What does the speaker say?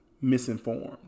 misinformed